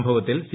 സംഭവത്തിൽ സി